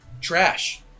Trash